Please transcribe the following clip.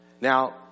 Now